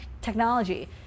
technology